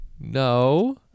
No